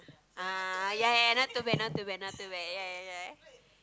uh ya ya not too bad not too bad not too bad ya ya ya